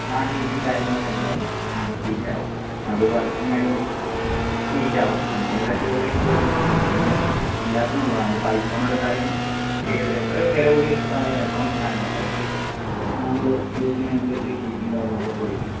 ആ ഹീറ്റും കാര്യങ്ങളും ഒക്കെ ഉണ്ടാകും ആ ഹീറ്റാകും അത് വർക്കിങ് ആയതുകൊണ്ട് ഹീറ്റാവും അങ്ങനെയുള്ള ചെറിയ ചെറിയ പ്രോബ്ലെംസ് അല്ല അതൊന്നും എല്ലാത്തിനും ഉള്ളതാണ് അതിപ്പം ഐഫോണെടുത്താലും ഏത് എത്ര വിലകൂടിയെടുത്താലും എലക്ട്രോണിക്ക് സാധങ്ങളല്ലെ അതൊക്കെ നമ്മള് യൂസ് ചെയ്യുന്നത് അനുസരിച്ച് ഹീറ്റും കാര്യങ്ങളൊക്കെ പ്രൊഡ്യൂസെയ്യും